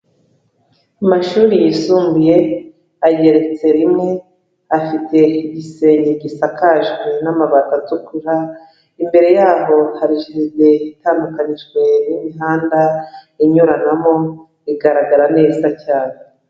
Amashuri yisumbuye ageretse rimwe, afite igisenge gisakajwe n'amabati atukura, imbere yaho hari jaride itandukanijwe n'imihanda inyuranamo igaragara neza cyane.